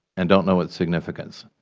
and don't know its significance,